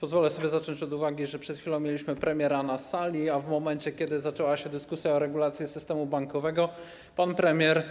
Pozwolę sobie zacząć od uwagi, że przed chwilą premier był na sali, a w momencie kiedy zaczęła się dyskusja o regulacji systemu bankowego, pan premier